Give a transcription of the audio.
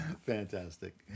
Fantastic